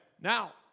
Now